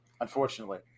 unfortunately